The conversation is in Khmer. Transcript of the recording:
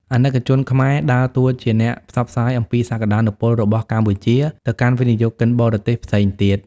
អាណិកជនខ្មែរ ដើរតួជាអ្នកផ្សព្វផ្សាយអំពីសក្ដានុពលរបស់កម្ពុជា ទៅកាន់វិនិយោគិនបរទេសផ្សេងទៀត